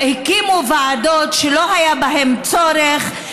הקימו ועדות שלא היה בהן צורך,